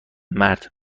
مرد